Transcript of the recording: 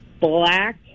black